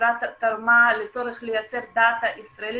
החברה תרמה לצורך לייצר דאטה ישראלית,